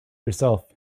yourself